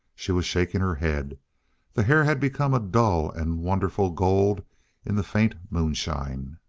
she was shaking her head the hair had become a dull and wonderful gold in the faint moonshine.